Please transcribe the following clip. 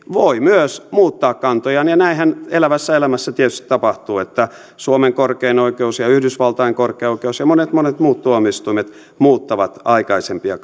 voi myös muuttaa kantojaan ja näinhän elävässä elämässä tietysti tapahtuu että suomen korkein oikeus ja yhdysvaltain korkein oikeus ja monet monet muut tuomioistuimet muuttavat aikaisempia